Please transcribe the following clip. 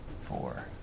four